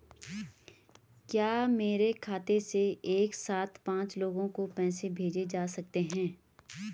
क्या मेरे खाते से एक साथ पांच लोगों को पैसे भेजे जा सकते हैं?